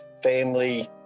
family